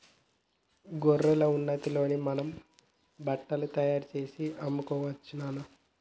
గొర్రెల ఉన్నితో మనం బట్టలు తయారుచేసి అమ్ముకోవచ్చు నాన్న